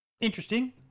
interesting